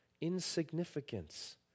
Insignificance